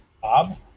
Bob